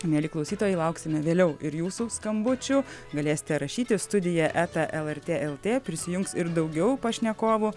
mieli klausytojai lauksime vėliau ir jūsų skambučių galėsite rašyti studija eta lrt lt prisijungs ir daugiau pašnekovų